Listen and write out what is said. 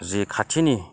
जि खाथिनि